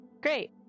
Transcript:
Great